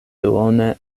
duone